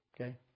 Okay